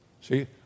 See